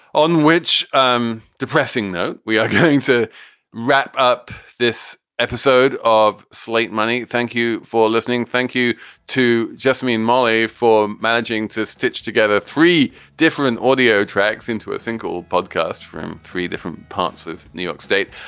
onwhich um depressing note, we are going to wrap up this episode of slate money. thank you for listening. thank you to just me and molly for managing to stitch together three different audio tracks into a single podcast from three different parts of new york state.